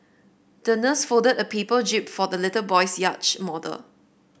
the nurse folded a paper jib for the little boy's yacht model